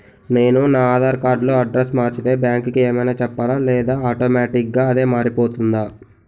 నేను నా ఆధార్ కార్డ్ లో అడ్రెస్స్ మార్చితే బ్యాంక్ కి ఏమైనా చెప్పాలా లేదా ఆటోమేటిక్గా అదే మారిపోతుందా?